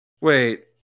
Wait